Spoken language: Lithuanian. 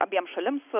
abiem šalims